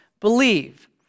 believe